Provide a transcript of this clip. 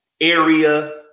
area